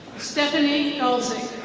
stephanie golsing.